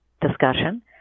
discussion